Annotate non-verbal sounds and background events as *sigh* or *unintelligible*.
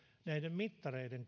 näiden mittareiden *unintelligible*